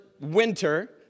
winter